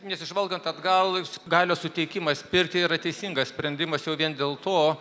nesižvalgant atgal galios suteikimas pirkti yra teisingas sprendimas jau vien dėl to